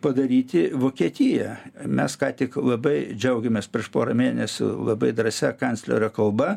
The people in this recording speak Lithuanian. padaryti vokietija mes ką tik labai džiaugėmės prieš porą mėnesių labai drąsia kanclerio kalba